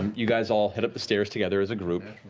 you guys all head up the stairs together as a group.